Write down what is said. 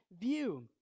view